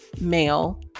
male